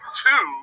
two